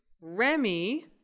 remy